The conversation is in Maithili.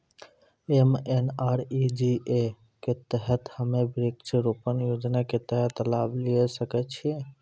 एम.एन.आर.ई.जी.ए के तहत हम्मय वृक्ष रोपण योजना के तहत लाभ लिये सकय छियै?